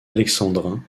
alexandrin